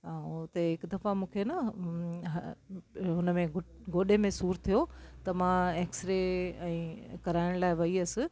ऐं उते हिकु दफ़ा मूंखे न हुनमें घुटने में गोॾे में सूर थियो त मां एक्सरे कराइण लाइ वई हुअसि